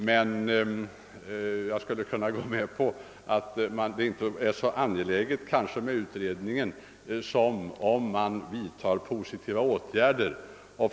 Men jag kan gå med på att det ändå inte är så angeläget att företa en utredning som att vidta positiva åtgärder för den mindre företagsamheten.